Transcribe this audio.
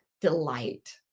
delight